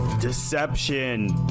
deception